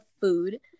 food